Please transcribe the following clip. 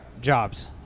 Jobs